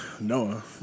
Noah